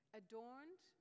adorned